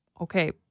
okay